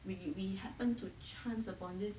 we get we happened to chance upon this